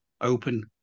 open